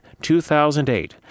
2008